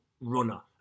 runner